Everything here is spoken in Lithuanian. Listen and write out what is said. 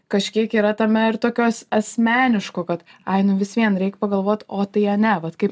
kažkiek yra tame ir tokios asmeniško kad ai nu vis vien reik pagalvot o tai ane vat kaip